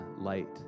light